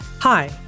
Hi